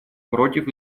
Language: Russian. против